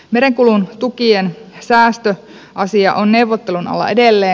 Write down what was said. merenkulun tukien säästöasia on neuvottelun alla edelleen